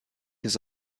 his